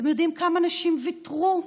אתם יודעים כמה נשים ויתרו,